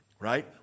right